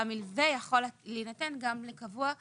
המענק לקבוצה השנייה,